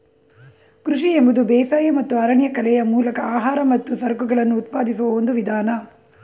ಕೃಷಿ ಎಂಬುದು ಬೇಸಾಯ ಮತ್ತು ಅರಣ್ಯಕಲೆಯ ಮೂಲಕ ಆಹಾರ ಮತ್ತು ಸರಕುಗಳನ್ನು ಉತ್ಪಾದಿಸುವ ಒಂದು ವಿಧಾನ